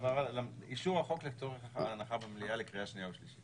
--- אישור החוק לצורך הנחה במליאה לקריאה שנייה ושלישית.